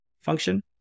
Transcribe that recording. function